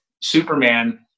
Superman